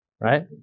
Right